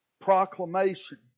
proclamation